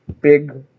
big